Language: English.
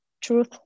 truth